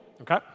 okay